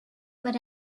but